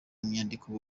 nyandiko